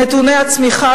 נתוני הצמיחה,